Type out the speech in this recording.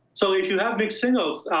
so if you have mixed signals,